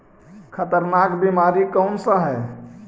खतरनाक बीमारी कौन सा है?